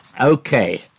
Okay